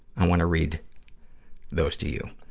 i wanna read those to you,